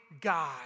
God